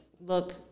look